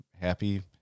happy